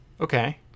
Okay